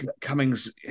Cummings